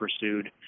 pursued